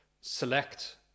select